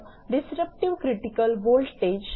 तर disruptive critical voltage